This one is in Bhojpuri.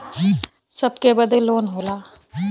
सबके बदे लोन होला